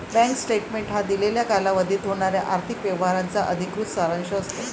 bank statement हा दिलेल्या कालावधीत होणाऱ्या आर्थिक व्यवहारांचा अधिकृत सारांश असतो